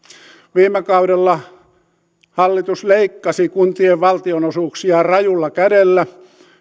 viime kaudella hallitus leikkasi kuntien valtionosuuksia rajulla kädellä